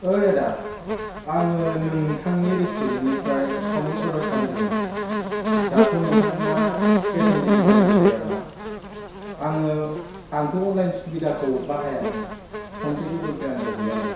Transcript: ओइ आदा आङो नोंथांनि रेस्टुरेन्टनिफ्राय सावमिन अरदार खालामदोंमोन दाथ' नोंथांना केस अन देलिभारिबो जायाब्ला आङो आंथ' अनलाइन सुबिदाखौ बाहायानो फन पे गुगोल पे आंनियाव गैयानो